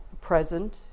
present